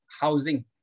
housing